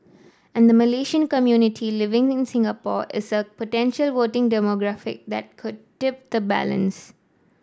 and Malaysian community living in Singapore is a potential voting demographic that could tip the balance